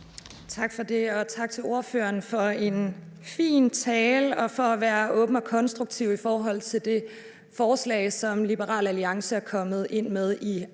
Tak for det. Og tak til ordføreren for en fin tale og for at være åben og konstruktiv i forhold til det forslag, som Liberal Alliance er kommet ind med i aftalekredsen.